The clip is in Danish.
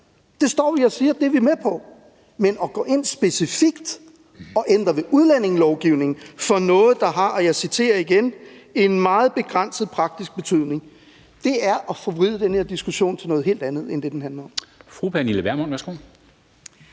Det står vi og siger at vi er med på. Men at gå ind og specifikt ændre ved udlændingelovgivningen til noget, der har en, og jeg citerer igen fra ministerens svar på spørgsmål 23, »meget begrænset praktisk betydning«, er at forvride den her diskussion til noget helt andet end det, den handler om.